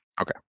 Okay